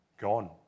gone